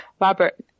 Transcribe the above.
Robert